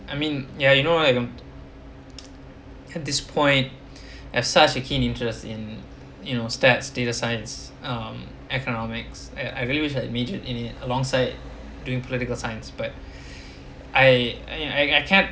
I mean ya you know I haven't at this point has such a keen interest in you know stats data science um economics I I really wish at major in it alongside during political science but I I I can't